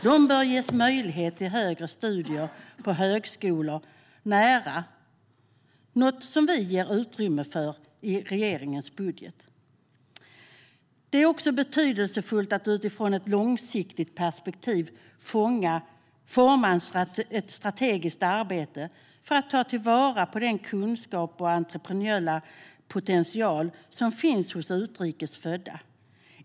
De bör ges möjligheter till högre studier på högskolor nära dem, något som vi ger utrymme för i regeringens budget. Det är också betydelsefullt att utifrån ett långsiktigt perspektiv forma ett strategiskt arbete för att ta till vara den kunskap och entreprenöriella potential som finns hos utrikes födda.